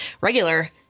regular